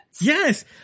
Yes